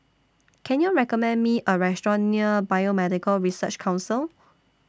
Can YOU recommend Me A Restaurant near Biomedical Research Council